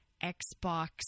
Xbox